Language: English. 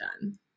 done